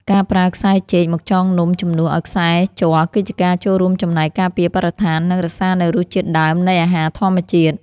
ការប្រើខ្សែចេកមកចងនំជំនួសឱ្យខ្សែជ័រគឺជាការចូលរួមចំណែកការពារបរិស្ថាន និង រក្សានូវរសជាតិដើមនៃអាហារធម្មជាតិ។